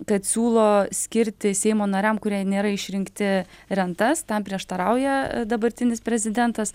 kad siūlo skirti seimo nariam kurie nėra išrinkti rentas tam prieštarauja dabartinis prezidentas